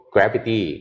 Gravity